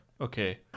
Okay